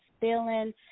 feeling